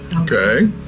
Okay